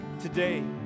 today